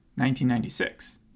1996